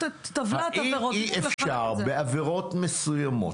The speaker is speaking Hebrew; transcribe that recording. האם אי-אפשר בעבירות מסוימות,